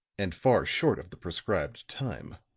and far short of the prescribed time.